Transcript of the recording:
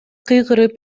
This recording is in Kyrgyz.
кыйкырып